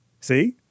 See